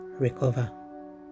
recover